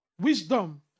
Wisdom